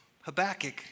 Habakkuk